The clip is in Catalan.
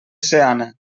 seana